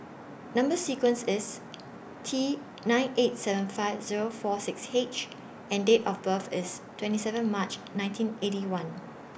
Number sequence IS T nine eight seven five Zero four six H and Date of birth IS twenty seven March nineteen Eighty One